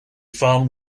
found